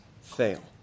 fail